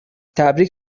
تبریگ